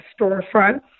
storefronts